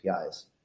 APIs